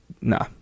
nah